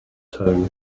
tone